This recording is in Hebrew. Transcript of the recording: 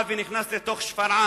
שנכנס לתוך שפרעם.